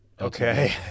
Okay